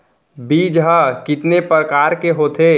बीज ह कितने प्रकार के होथे?